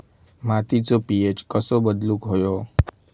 मातीचो पी.एच कसो बदलुक होयो?